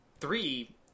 Three